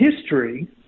history